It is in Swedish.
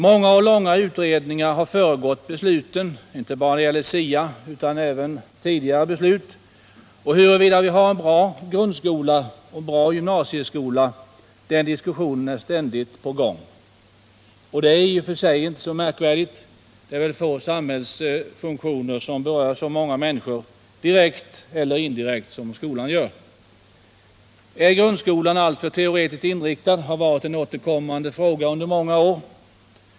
Många och långa utredningar har föregått besluten — inte bara beslutet om SIA utan även tidigare beslut på skolans område — och diskussionen huruvida vi har en bra grundskola och en bra gymnasieskola är ständigt i gång. Det är i och för sig inte så märkvärdigt. Det är väl få samhällsfunktioner som berör så många människor direkt eller indirekt som just skolan. Är grundskolan alltför teoretiskt inriktad? har varit en återkommande fråga i många år.